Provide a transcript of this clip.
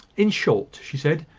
in short, she said,